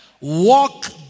walk